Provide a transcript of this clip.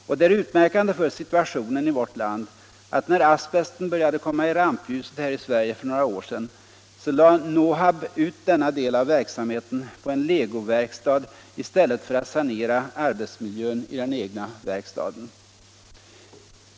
Och det är utmärkande för situationen i vårt land, att när asbesten började komma i rampljuset här i Sverige för några år sedan lade Nohab ut denna del av verksamheten på en legoverkstad i stället för att sanera arbetsmiljön i den egna verkstaden.